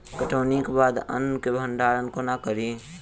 कटौनीक बाद अन्न केँ भंडारण कोना करी?